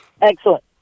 Excellent